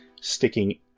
sticking